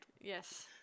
Yes